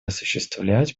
осуществлять